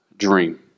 dream